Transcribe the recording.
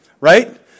right